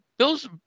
Bills